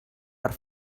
per